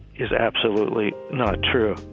is absolutely not true